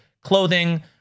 clothing